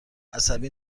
عصبی